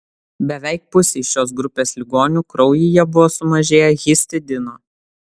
beveik pusei šios grupės ligonių kraujyje buvo sumažėję histidino